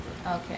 Okay